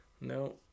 No